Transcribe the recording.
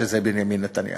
שזה בנימין נתניהו,